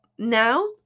Now